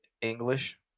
English